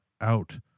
out